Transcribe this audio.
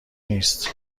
نیست